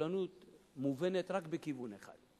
סובלנות מובנת רק בכיוון אחד.